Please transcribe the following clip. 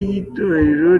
y’itorero